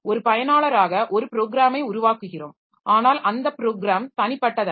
ஒரு பயனாளராக ஒரு ப்ரோகிராமை உருவாக்குகிறோம் ஆனால் அந்த ப்ரோகிராம் தனிபட்டதல்ல